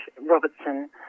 Robertson